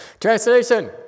Translation